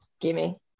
gimme